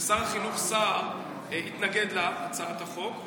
שר החינוך סער התנגד להצעת החוק.